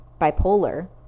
bipolar